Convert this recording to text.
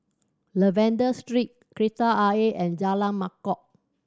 Lavender Street Kreta Ayer and Jalan Mangkok